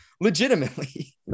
legitimately